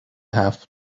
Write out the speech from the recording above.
have